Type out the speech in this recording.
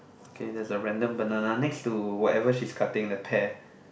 okay there's a random banana next to whatever she's cutting the pear